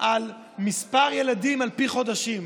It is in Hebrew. על מספר ילדים על פי חודשים,